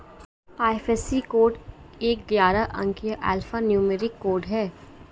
IFSC code एक ग्यारह अंकीय अल्फा न्यूमेरिक कोड है